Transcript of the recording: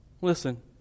Listen